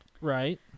right